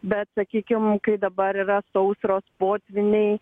bet sakykim kai dabar yra sausros potvyniai